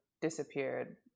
disappeared